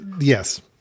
yes